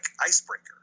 icebreaker